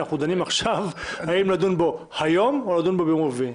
אנחנו דנים עכשיו האם לדון בו היום או ביום רביעי.